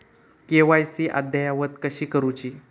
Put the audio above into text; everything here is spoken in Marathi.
के.वाय.सी अद्ययावत कशी करुची?